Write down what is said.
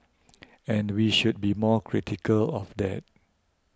and we should be more critical of that